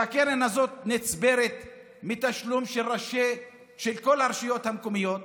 הקרן הזאת נצברת מתשלום של כל הרשויות המקומיות,